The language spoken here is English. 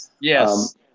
Yes